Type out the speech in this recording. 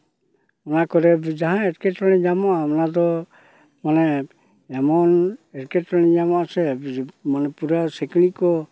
ᱚᱱᱟ ᱠᱚᱨᱮ ᱫᱚ ᱡᱟᱦᱟᱸ ᱮᱴᱠᱮᱴᱚᱬᱮ ᱧᱟᱢᱚᱜᱼᱟ ᱚᱱᱟ ᱫᱚ ᱢᱟᱱᱮ ᱮᱢᱚᱱ ᱮᱴᱠᱮᱴᱚᱬᱮ ᱧᱟᱢᱚᱜᱼᱟ ᱥᱮ ᱢᱟᱱᱮ ᱯᱩᱨᱟᱹ ᱥᱤᱠᱬᱤᱡ ᱠᱚ